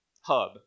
hub